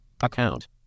Account